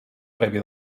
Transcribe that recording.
previ